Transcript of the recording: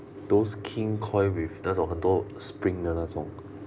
those king koil with 那种很多 spring 的那种